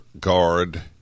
guard